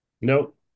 Nope